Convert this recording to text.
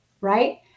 right